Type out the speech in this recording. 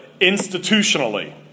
institutionally